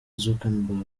zuckerberg